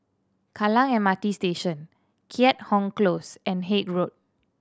Kallang M R T Station Keat Hong Close and Haig Road